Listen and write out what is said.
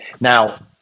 Now